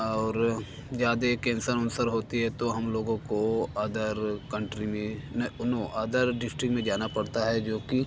और ज्यादा कैंसर उन्सर होता है तो हम लोगों को अदर कंट्री में ना नो अदर डिस्ट्रिक्ट में जाना पड़ता है जो कि